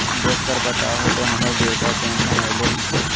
देख कर बताहो तो, हम्मर बृद्धा पेंसन आयले है की नय?